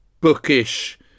Bookish